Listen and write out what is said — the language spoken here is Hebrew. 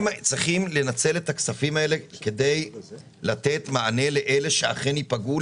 הם צריכים לנצל את הכסף הזה כדי לתת מענה לאלה שייפגעו.